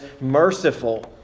merciful